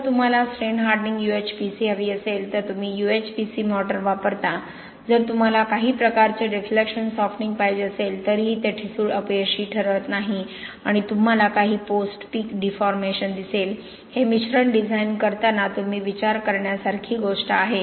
जर तुम्हाला strain hardening UHPC हवी असेल तर तुम्ही यूएचपीसी मोर्टार वापरता जर तुम्हाला काही प्रकारचे डिफ्लेक्शन सॉफ्टनिंग पाहिजे असेल तरीही ते ठिसूळ अपयशी ठरत नाही आणि तुम्हाला काही पोस्ट पीक डिफॉर्मेशन दिसेल हे मिश्रण डिझाइन करताना तुम्ही विचार करण्यासारखी गोष्ट आहे